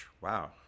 wow